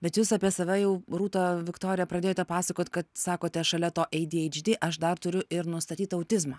bet jūs apie save jau rūta viktorija pradėjote pasakot kad sakote šalia to ei dy eidž dy aš dar turiu ir nustatytą autizmą